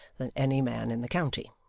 than any man in the county.